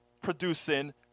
producing